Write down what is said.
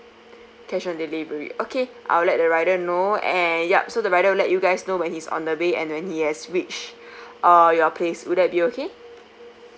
cash on delivery okay I'll let the rider know and yup so the rider will let you guys know when he's on the bay and when he has reached uh your place would that be okay